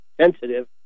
sensitive